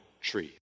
tree